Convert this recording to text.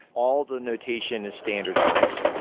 all the notation is standardized.